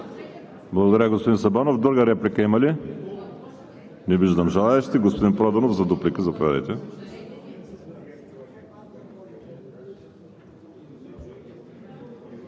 Благодаря, господин Сабанов. Друга реплика има ли? Не виждам желаещи. Господин Проданов – за дуплика. ХРИСТО